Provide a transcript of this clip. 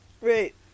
Right